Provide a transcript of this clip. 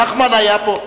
נחמן היה פה.